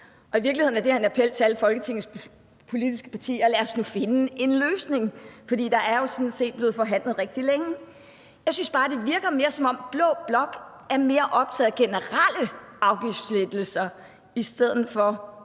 I virkeligheden er det her en appel til alle Folketingets partier: Lad os nu finde en løsning, for der er jo sådan set blevet forhandlet rigtig længe. Jeg synes bare, det virker mere, som om blå blok er mere optaget af generelle afgiftslettelser i stedet for